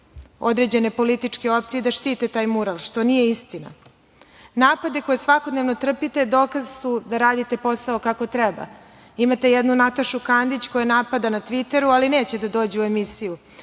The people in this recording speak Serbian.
određene političke opcije i da štite taj mural, što nije istina. Napade koje svakodnevno trpite dokaz su da radite posao kako treba. Imate jednu Natašu Kandić koja napada na tviteru, ali neće da dođe u emisiju.